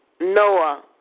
Noah